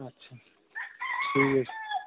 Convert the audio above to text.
আচ্ছা ঠিক আছে